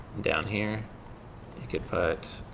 down here you could put